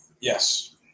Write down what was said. Yes